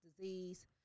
disease